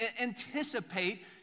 anticipate